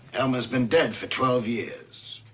ellman has been dead for twelve years.